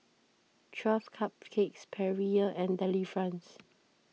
twelve Cupcakes Perrier and Delifrance